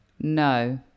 No